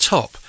Top